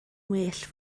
well